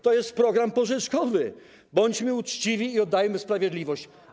To jest program pożyczkowy, bądźmy uczciwi i oddajmy sprawiedliwość.